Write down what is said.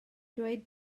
dweud